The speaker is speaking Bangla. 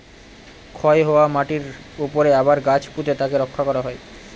ক্ষয় হওয়া মাটিরর উপরে আবার গাছ পুঁতে তাকে রক্ষা করা হয়